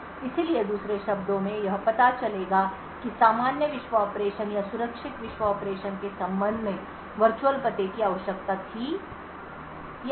इसलिए दूसरे शब्दों में यह पता चलेगा कि सामान्य विश्व ऑपरेशन या सुरक्षित विश्व ऑपरेशन के संबंध में वर्चुअल पते की आवश्यकता थी या नहीं